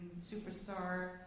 superstar